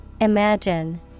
Imagine